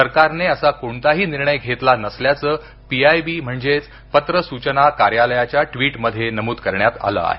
सरकारने असा कोणताही निर्णय घेतला नसल्याचं पी आय बी म्हणजेच पत्र सूचना कार्यालयाच्या ट्वीट मध्ये नमूद करण्यात आलं आहे